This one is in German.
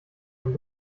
ein